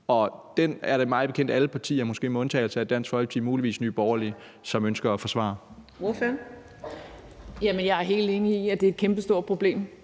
og den er det mig bekendt alle partier, måske med undtagelse af Dansk Folkeparti og muligvis Nye Borgerlige, som ønsker at forsvare.